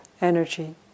energy